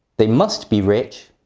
they must be rich.